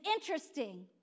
interesting